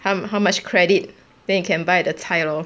how how much credit then you can buy the 菜 lor